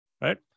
right